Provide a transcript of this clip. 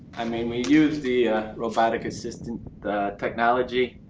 i mean, we used the robotic assistant technology,